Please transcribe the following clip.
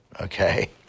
Okay